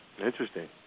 Interesting